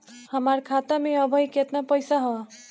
हमार खाता मे अबही केतना पैसा ह?